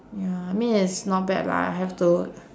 ya I mean it's not bad lah I have to